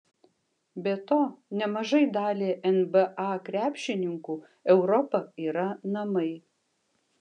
be to nemažai daliai nba krepšininkų europa yra namai